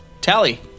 Tally